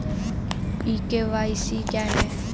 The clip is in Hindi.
ई के.वाई.सी क्या है?